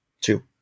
two